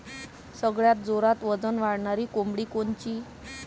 सगळ्यात जोरात वजन वाढणारी कोंबडी कोनची?